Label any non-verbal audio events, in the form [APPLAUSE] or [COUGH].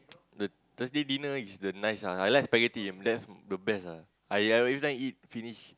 [NOISE] the Thursday dinner is the nice ah I like spaghetti that's the best ah I every time eat finish